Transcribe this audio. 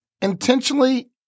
intentionally